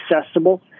accessible